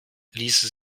ließe